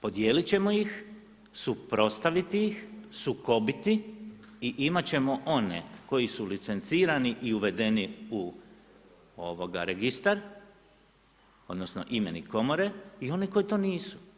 Podijeliti ćemo ih, suprotstaviti, sukobiti i imati ćemo one koji su licencirani i uvedeni u registar, odnosno imenik komore i oni koji to nisu.